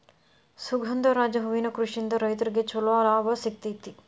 ಸುಗಂಧರಾಜ ಹೂವಿನ ಕೃಷಿಯಿಂದ ರೈತ್ರಗೆ ಚಂಲೋ ಲಾಭ ಸಿಗತೈತಿ